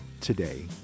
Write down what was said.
today